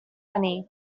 honey